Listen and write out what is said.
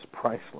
priceless